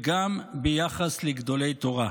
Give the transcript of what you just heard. וגם ביחס לגדולי תורה.